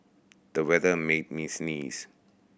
the weather made me sneeze